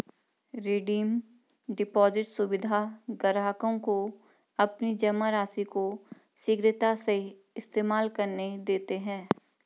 redeem deposit सुविधा ग्राहकों को अपनी जमा राशि को शीघ्रता से इस्तेमाल करने देते है